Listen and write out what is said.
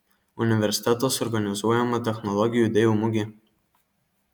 universitetas organizuojama technologijų idėjų mugė